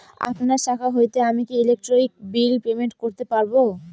আপনার শাখা হইতে আমি কি ইলেকট্রিক বিল পেমেন্ট করতে পারব?